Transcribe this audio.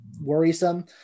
worrisome